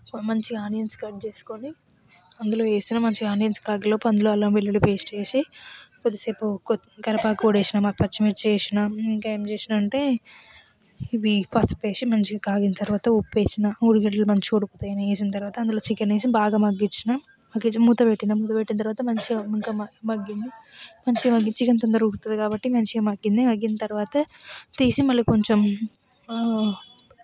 మంచిగా onions cut చేసుకుని అందులో వేసినా మంచిగా ఆనియన్స్ కాగేలోపు అందులో అల్లం వెల్లుల్లి పేస్ట్ వేసి కొద్దిసేపు కొ కరివేపాకు కూడా వేసిన పచ్చిమిర్చి వేసిన ఇంకా ఏం చేశానంటే ఇది పసుపు వేసి మంచిగా కాగిన తర్వాత ఉప్పు వేసిన మూడు గంటలు మంచిగా ఉడికిన తర్వాత అందులో చికెన్ వేసి బాగా మగ్గించిన మగ్గించి మూత పెట్టిన మూత పెట్టిన తర్వాత మంచిగా ఇంకా మగ్గింది మంచిగా చికెన్ తొందరగా ఉడుతుంది కాబట్టి మంచిగా మగ్గింది మగ్గిన తర్వాత తీసి మళ్ళీ కొంచెం